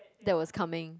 that was coming